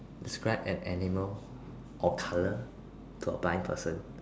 describe an animal or color to a blind person